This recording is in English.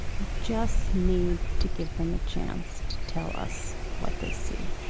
we just need to give them a chance to tell us what they see